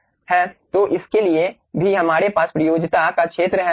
तो इसके लिए भी हमारे पास प्रयोज्यता का क्षेत्र है